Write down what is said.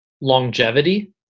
longevity